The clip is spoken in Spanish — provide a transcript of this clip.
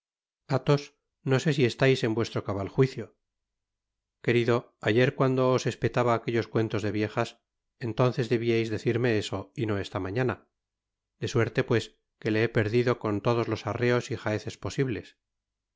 no se si estais en vuestro cabal juicio querido ayer cuando os espetaba aquellos cuentos de viejas entonces debiais decirme eso y no esta mañana de suerte pues que le he perdido con todos los arreos y jaezes posibles